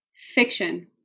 Fiction